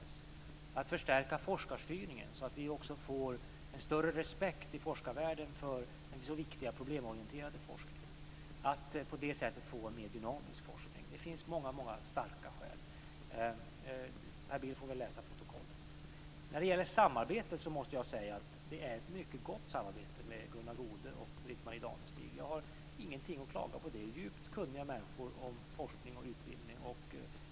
Det gäller att förstärka forskarstyrningen så vi får en större respekt i forskarvärlden för den så viktiga problemorienterade forskningen och på det sättet få en mer dynamisk forskning. Det finns många starka skäl. Per Bill får väl läsa protokollet. Det är ett mycket gott samarbete med Gunnar Goude och Britt-Marie Danestig. Jag har ingenting att klaga på det. Det är människor som är djupt kunniga om forskning och utbildning.